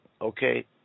okay